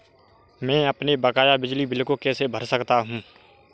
मैं अपने बकाया बिजली बिल को कैसे भर सकता हूँ?